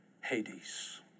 Hades